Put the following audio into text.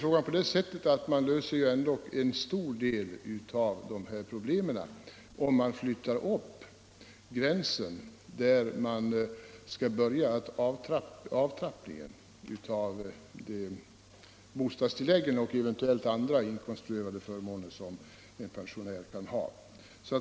Ja, men man löser ändå en stor del av dessa problem om man flyttar upp gränsen där avtrappningen skall börja beträffande de bostadstillägg och andra inkomstprövade förmåner som en pensionär kan ha.